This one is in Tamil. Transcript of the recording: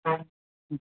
ம்